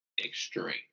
extreme